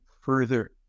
further